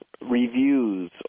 reviews